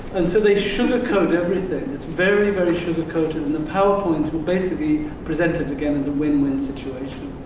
and so they sugar-coat everything. it's very, very sugar-coated. and the powerpoints were basically presented, again, as a win-win situation.